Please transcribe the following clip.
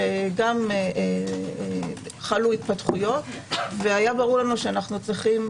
שגם חלו התפתחויות והיה ברור שאנו צריכים